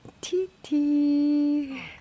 Titi